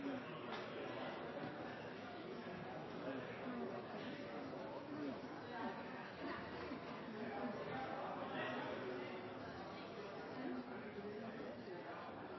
det nå er